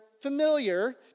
familiar